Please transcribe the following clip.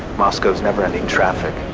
moscow's never-ending traffic,